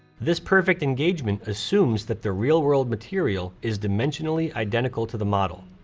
this perfect engagement assumes that the real world material is dimensionally identical to the model.